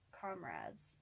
comrades